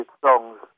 songs